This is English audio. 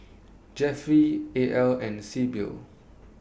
Jeffry A L and Sybil